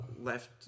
left